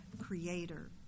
creator